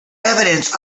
evidence